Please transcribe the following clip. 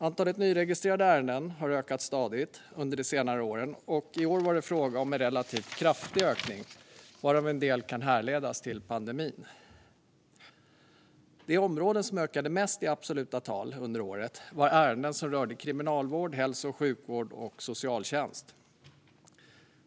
Antalet nyregistrerade ärenden har ökat stadigt under de senare åren, och förra året var det fråga om en relativt kraftig ökning, varav en del kan härledas till pandemin. De områden som ökade mest i absoluta tal under året var ärenden som rörde kriminalvård, hälso och sjukvård och socialtjänst.